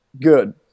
good